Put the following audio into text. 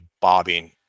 bobbing